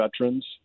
veterans